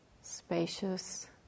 spacious